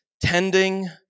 Tending